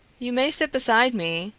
you may sit beside me,